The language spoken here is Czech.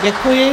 Děkuji.